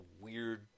weird